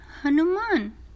Hanuman